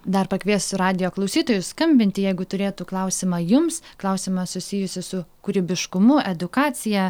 dar pakviesiu radijo klausytojus skambinti jeigu turėtų klausimą jums klausimą susijusį su kūrybiškumu edukacija